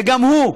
וגם הוא,